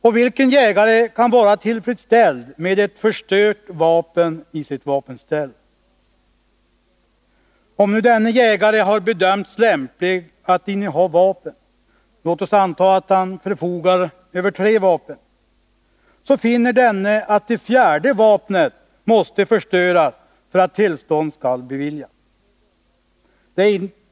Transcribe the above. Och vilken jägare kan vara tillfredsställd med ett förstört vapen i sitt vapenställ? Men om jägaren har bedömts lämplig att inneha vapen och — låt oss anta det — förfogar över tre vapen, så finner han att det fjärde vapnet måste förstöras för att tillstånd skall beviljas.